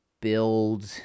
build